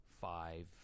five